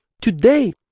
today